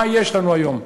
מה יש לנו היום,